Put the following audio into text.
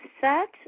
set